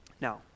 Now